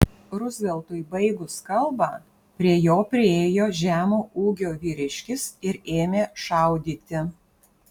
ruzveltui baigus kalbą prie jo priėjo žemo ūgio vyriškis ir ėmė šaudyti